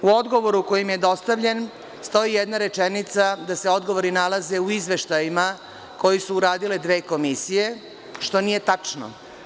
U odgovoru koji mi je dostavljen, stoji jedna rečenica da se odgovori nalaze u izveštajima koje su uradile dve komisije, što nije tačno.